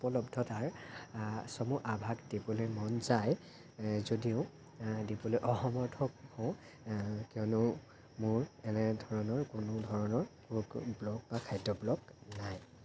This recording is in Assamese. উপলব্ধ তাৰ চমু আভাস দিবলৈ মন যায় যদিও দিবলৈ অসমৰ্থ হওঁ কিয়নো মোৰ এনেধৰনৰ কোনো ধৰণৰ ব্লগ বা খাদ্য ব্লগ নাই